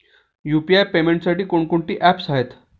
UPI पेमेंटसाठी कोणकोणती apps आहेत?